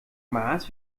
mars